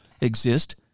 exist